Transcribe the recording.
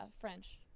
French